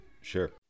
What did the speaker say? Sure